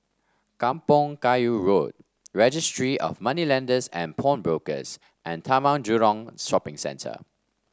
Kampong Kayu Road Registry of Moneylenders and Pawnbrokers and Taman Jurong Shopping Centre